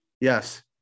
Yes